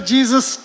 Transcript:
Jesus